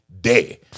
day